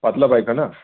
পাতলা পায়খানা